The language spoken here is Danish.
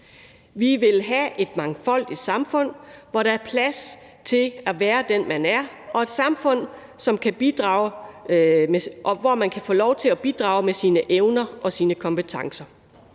Vi vil have et mangfoldigt samfund, hvor der er plads til at være den, man er, og et samfund, hvor man kan få lov til at bidrage med sine evner og sine kompetencer.